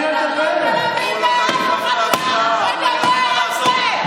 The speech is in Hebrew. זה מחבר אותי להצעת החוק הזאת,